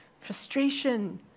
frustration